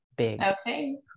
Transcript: Okay